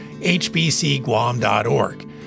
hbcguam.org